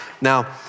Now